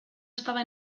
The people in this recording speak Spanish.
estaba